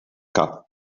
cap